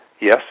yes